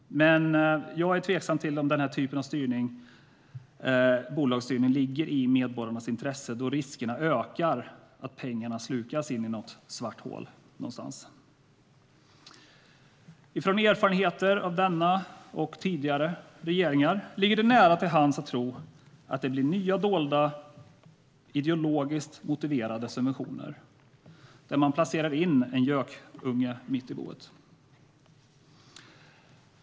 Jag är tveksam till om den typen av bolagsstyrning ligger i medborgarnas intresse då risken ökar att pengarna slukas i ett svart hål. Utifrån erfarenheter av denna och tidigare regeringar ligger det nära till hands att tro att det blir nya dolda, ideologiskt motiverade subventioner där man placerar en gökunge mitt i boet.